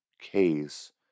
case